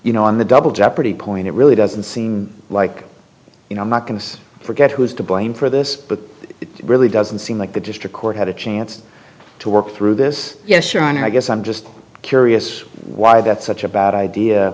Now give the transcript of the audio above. you know on the double jeopardy point it really doesn't seem like you know i'm not going to forget who's to blame for this but it really doesn't seem like the district court had a chance to work through this yes your honor i guess i'm just curious why that's such a bad idea